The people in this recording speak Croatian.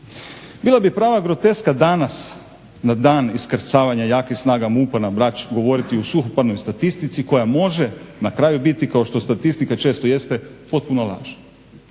Bila bi prava groteska danas na dan iskrcavanja jakih snaga MUP-a na Brač govoriti o suhoparnoj statistici koja može na kraju biti kao što statistika često jeste potpuna laž.